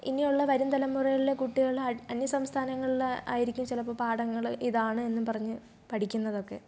ഇനിയുള്ള വരും തലമുറയിലെ കുട്ടികൾ അന്യ സംസ്ഥാനങ്ങളിൽ ആയിരിക്കും ചിലപ്പോൾ പാടങ്ങൾ ഇതാണ് എന്നും പറഞ്ഞു പഠിക്കുന്നതൊക്കെ